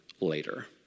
later